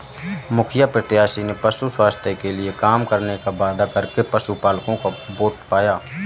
मुखिया प्रत्याशी ने पशु स्वास्थ्य के लिए काम करने का वादा करके पशुपलकों का वोट पाया